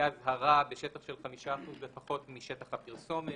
אזהרה בשטח של 5% לפחות משטח הפרסומת.